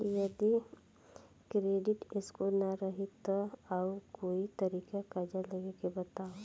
जदि credit score ना रही त आऊर कोई तरीका कर्जा लेवे के बताव?